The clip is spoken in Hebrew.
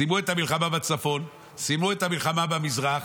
סיימו את המלחמה בצפון, סיימו את המלחמה במזרח,